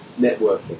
networking